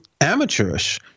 amateurish